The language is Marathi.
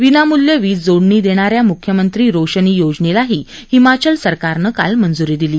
विनामूल्य वीज जोडणी देणाऱ्या मुख्यमंत्रे रोशनी योजनेलाही हिमाचल सरकारनं काल मंजुरी दिली